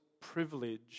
privilege